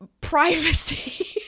privacy